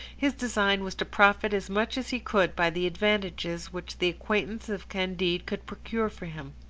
his design was to profit as much as he could by the advantages which the acquaintance of candide could procure for him.